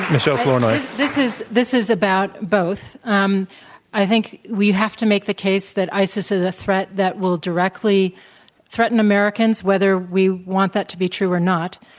michele flournoy. this is this is about both um i think we have to make the case that isis is a threat that will directly, touch threaten americans, whether we want that to be true or not,